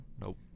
nope